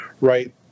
right